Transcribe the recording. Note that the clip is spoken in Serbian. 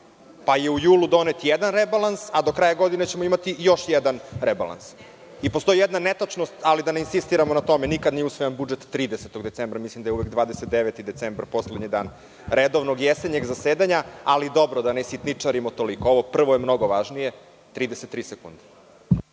pa je u julu donet jedan rebalans, a do kraja godine ćemo imati još jedan rebalans. Postoji jedna netačnost, ali da ne insistiramo na tome. Nikada nije usvajan budžet 30. decembra. Mislim da je uvek 29. decembra poslednjeg dana Redovnog jesenjeg zasedanja, ali da nesitničarimo toliko. Ovo prvo je mnogo važnije.